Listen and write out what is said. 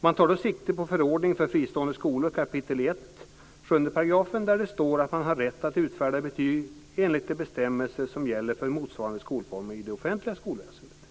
Man tar då sikte på förordning för fristående skolor, kap. 1, 7 §, där det står att man har rätt att utfärda betyg enligt de bestämmelser som gäller för motsvarande skolformer i det offentliga skolväsendet.